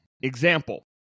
Example